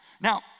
Now